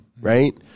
right